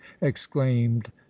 exclaimed